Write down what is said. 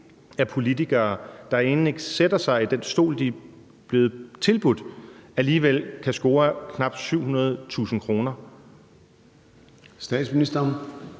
at politikere, der end ikke sætter sig i den stol, de er blevet tilbudt, alligevel kan score knap 700.000 kr. Kl.